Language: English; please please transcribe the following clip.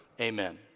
Amen